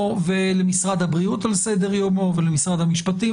למשרד הבריאות ולמשרד המשפטים על סדר יומם.